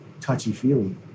touchy-feely